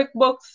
quickbooks